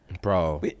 bro